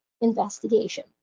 investigation